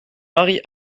marie